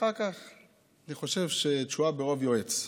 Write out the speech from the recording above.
ואחר כך אני חושב ש"תשועה ברב יועץ".